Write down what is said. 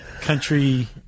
country